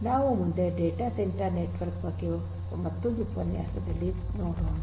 ನಾವು ಮುಂದೆ data centre network ಬಗ್ಗೆ ಮತ್ತೊಂದು ಉಪನ್ಯಾಸದಲ್ಲಿ ನೋಡೋಣ